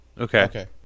Okay